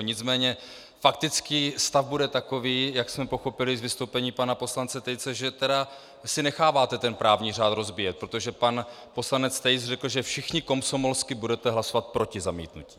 Nicméně faktický stav bude takový, jak jsme pochopili z vystoupení pana poslance Tejce, že tedy si necháváte ten právní řád rozbíjet, protože pan poslanec Tejc řekl, že všichni komsomolsky budete hlasovat proti zamítnutí.